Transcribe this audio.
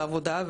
לעבודה,